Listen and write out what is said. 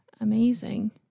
Amazing